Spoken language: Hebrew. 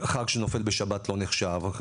חג שנופל בשבת לא נחשב,